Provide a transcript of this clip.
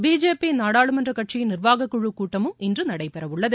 BJP நாடாளுமன்ற கட்சியின் நிர்வாகக்குழு கூட்டமும் இன்று நடைபெறவுள்ளது